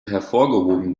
hervorgehoben